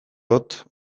dut